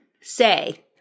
say